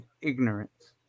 ignorance